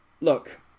Look